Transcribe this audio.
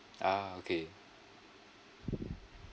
ah okay